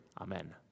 Amen